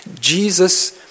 Jesus